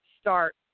start